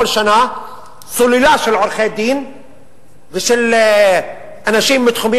כל שנה סוללה של עורכי-דין ושל אנשים בתחומים